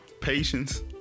Patience